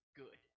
good